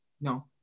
No